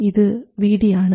ഇത് Vd ആണ്